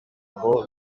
ngo